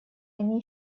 они